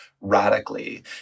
radically